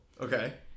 Okay